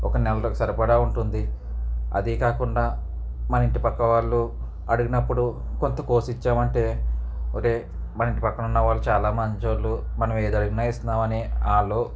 ఒక నెలకు సరిపడా ఉంటుంది అదీ కాకుండా మన ఇంటిపక్క వాళ్ళు అడిగినప్పుడు కొంత కోసి ఇచ్చామంటే ఒరేయ్ మన ఇంటిపక్కన ఉన్న వాళ్ళు చాలా మంచి వాళ్ళు మనం ఏది అడిగినా ఇస్తున్నామని వాళ్ళు